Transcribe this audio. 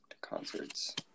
Concerts